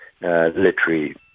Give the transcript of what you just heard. literary